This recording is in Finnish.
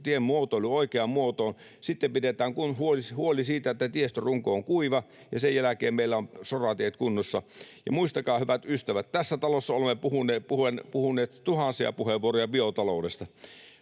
perustienmuotoilu oikeaan muotoon, sitten pidetään huoli siitä, että tiestön runko on kuiva, ja sen jälkeen meillä ovat soratiet kunnossa. Muistakaa, hyvät ystävät: Tässä talossa olemme puhuneet tuhansia puheenvuoroja biotaloudesta.